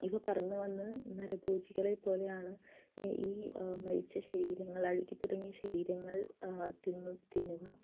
ഇത് പറന്നു വന്ന് നരഭോജികളെ പോലെയാണ് മരിച്ച ശരീരങ്ങൾ അഴുകി തുടങ്ങിയ ശരീരങ്ങൾ തിന്ന് തിന്നും